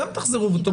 גם תחזרו ותאמרו לה.